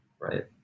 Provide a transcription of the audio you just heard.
right